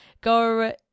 Go